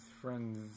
friend's